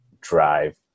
drive